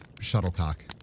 Shuttlecock